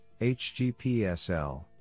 hgpsl